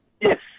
yes